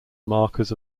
markers